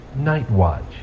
Nightwatch